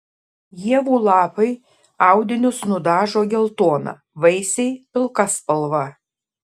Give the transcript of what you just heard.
ievų lapai audinius nudažo geltona vaisiai pilka spalva